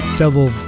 double